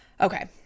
Okay